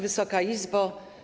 Wysoka Izbo!